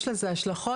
יש לזה השלכות.